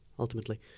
ultimately